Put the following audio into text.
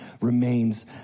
remains